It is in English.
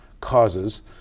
causes